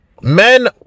Men